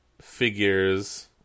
figures